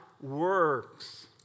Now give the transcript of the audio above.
works